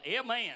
Amen